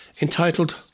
entitled